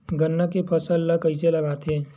गन्ना के फसल ल कइसे लगाथे?